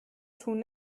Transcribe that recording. tun